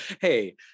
Hey